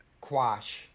quash